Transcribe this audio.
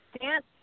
dance